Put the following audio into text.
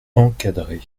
encadré